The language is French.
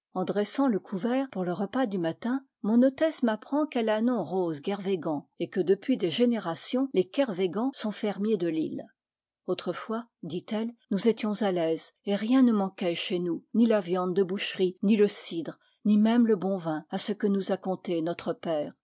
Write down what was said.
en dressant le couvert pour le repas du matin mon hôtesse m'apprend qu'elle a nom rose kervégan et que depuis des générations les kervégan sont fermiers de l'île autrefois dit-elle nous étions à l'aise et rien ne man quait chez nous ni la viande de boucherie ni le cidre ni même le bon vin à ce que nous a conté notre père